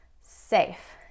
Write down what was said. safe